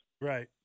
Right